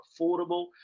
affordable